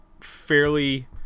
fairly